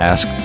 Ask